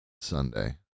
Sunday